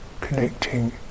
connecting